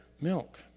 milk